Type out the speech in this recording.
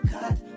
Cut